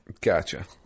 Gotcha